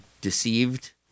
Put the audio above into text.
deceived